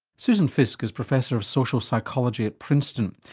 susan fiske is professor of social psychology at princeton.